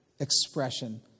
expression